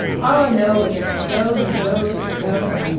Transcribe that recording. all i know is that she goes and goes and goes